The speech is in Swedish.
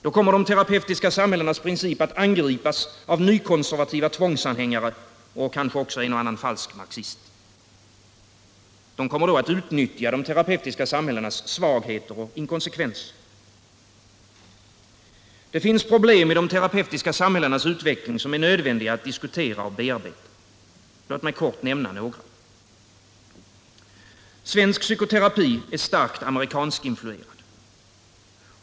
Då kommer de terapeutiska samhällenas princip att angripas av nykonservativa tvångsanhängare och kanske en och annan falsk marxist. De kommer då att utnyttja de terapeutiska samhällenas svagheter och inkonsekvenser. Det finns problem i de terapeutiska samhällenas utveckling som måste diskuteras och bearbetas. Låt mig kortfattat nämna några. Svensk psykoterapi är starkt amerikanskinfluerad.